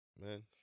Man